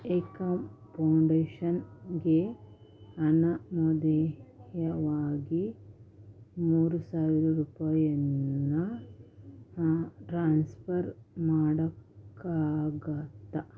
ಏಕಂ ಪೌಂಡೇಶನ್ಗೆ ಅನಾಮಧೇಯವಾಗಿ ಮೂರು ಸಾವಿರ ರೂಪಾಯಿಯನ್ನ ಟ್ರಾನ್ಸ್ಫರ್ ಮಾಡೋಕ್ಕಾಗುತ್ತ